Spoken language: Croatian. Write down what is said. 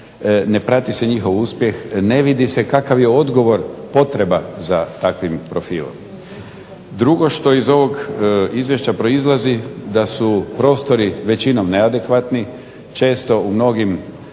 ne prati se njihov uspjeh, ne vidi se kakav je odgovor potreban za takvim profilom. Drugo što iz ovog izvješća proizlazi da su prostori većinom neadekvatni. Često u mnogim